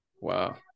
Wow